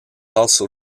also